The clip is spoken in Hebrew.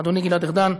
אדוני גלעד ארדן,